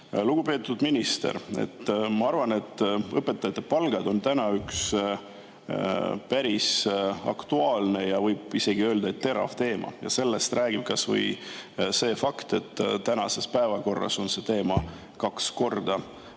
Lugupeetud minister! Ma arvan, et õpetajate palgad on üks päris aktuaalne ja võib isegi öelda, et terav teema. Sellest räägib kas või see fakt, et tänases päevakorras on see teema kaks korda